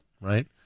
right